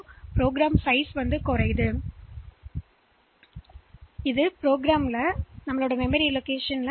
அவை ப்ரோக்ராம்களின் அளவு இப்போது குறைவாக இருக்கும் எனவே அசெம்பிளி மொழியில்